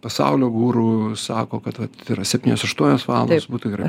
pasaulio guru sako kad vat yra septynios aštuonios valandos būtų gerai